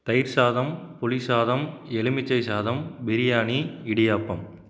தயிர்சாதம் புளிசாதம் எலுமிச்சை சாதம் பிரியாணி இடியாப்பம்